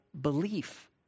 belief